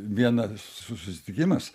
vienas susitikimas